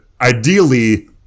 ideally